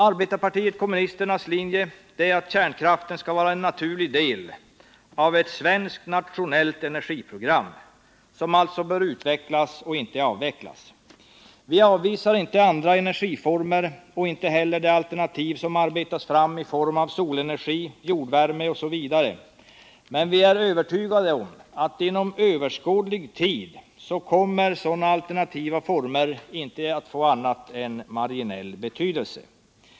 Arbetarpartiet kommunisternas linje är att kärnkraften skall vara en naturlig del av ett svenskt nationellt energiprogram som alltså bör utvecklas och inte avvecklas. Vi avvisar inte andra energiformer och inte heller de alternativ som arbetats fram i form av solenergi, jordvärme osv., men vi är övertygade om att inom överskådlig tid sådana alternativa former inte kommer att få annat än marginell betydelse.